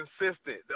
Consistent